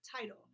title